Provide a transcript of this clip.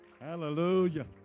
Hallelujah